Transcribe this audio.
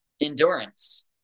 endurance